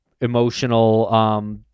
emotional